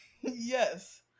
yes